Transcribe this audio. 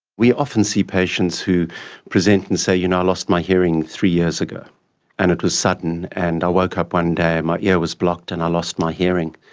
we often see patients who present and say, you know, i lost my hearing three years ago and it was sudden and i woke up one day and my ear was blocked and i lost my hearing.